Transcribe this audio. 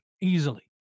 Easily